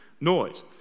noise